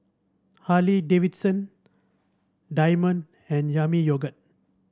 Harley Davidson Diamond and Yami Yogurt